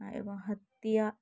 ᱮᱵᱚᱝ ᱦᱟ ᱛᱤᱭᱟᱜ